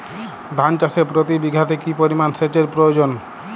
ধান চাষে প্রতি বিঘাতে কি পরিমান সেচের প্রয়োজন?